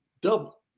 Double